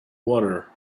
water